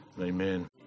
Amen